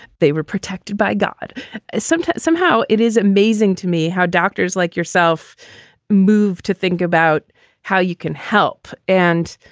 they were protected by god sometimes somehow. it is amazing to me how doctors like yourself move to think about how you can help. and